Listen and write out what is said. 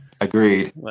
agreed